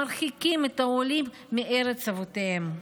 מרחיקות את העולים מארץ אבותיהם.